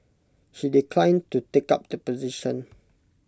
she declined to take up the position